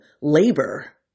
labor